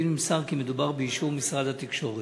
לעובדים נמסר כי מדובר באישור משרד התקשורת.